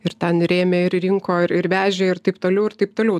ir ten rėmė ir rinko ir ir vežė ir taip toliau ir taip toliau